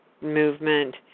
movement